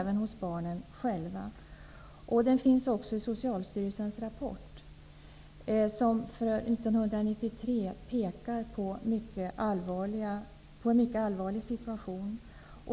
Den här oron kommer också till uttryck i Socialstyrelsens rapport, som för 1993 pekar på en mycket allvarlig situation.